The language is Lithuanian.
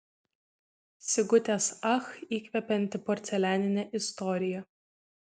sigutės ach įkvepianti porcelianinė istorija